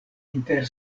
inter